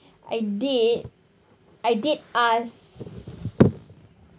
I did I did ask